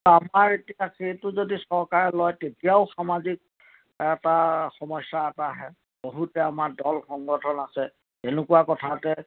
আমাৰ এতিয়া সেইটো যদি চৰকাৰে লয় তেতিয়াও সামাজিক এটা সমস্যা এটা আহে বহুতে আমাৰ দল সংগঠন আছে তেনেকুৱা কথাতে